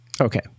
Okay